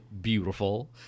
beautiful